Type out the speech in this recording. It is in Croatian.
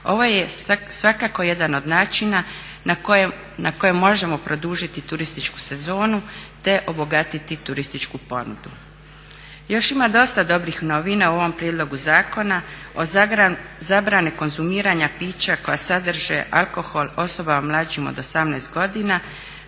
Ovo je svakako jedan od način na koje možemo produžiti turističku sezonu, te obogatiti turističku ponudu. Još ima dosta dobrih novina u ovom prijedlogu zakona o zabrani konzumiranja pića koja sadrže alkohol osobama mlađim od 18 godina